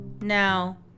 Now